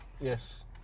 Yes